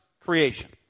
creation